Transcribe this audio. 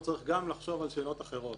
צריך גם לחשוב על שאלות אחרות.